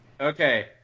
Okay